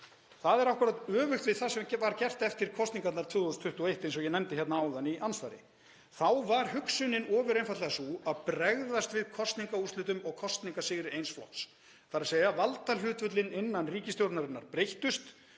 Það er akkúrat öfugt við það sem var gert eftir kosningarnar 2021 eins og ég nefndi hérna áðan í andsvari. Þá var hugsunin ofur einfaldlega sú að bregðast við kosningaúrslitum og kosningasigri eins flokks, þ.e. valdahlutföllin innan ríkisstjórnarinnar breyttust.